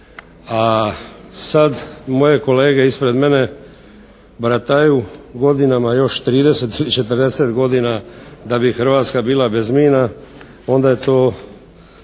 a sad moje kolege ispred mene barataju godinama još 30 i 40 godina da bi Hrvatska bila bez mina onda je to